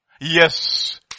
Yes